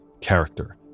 character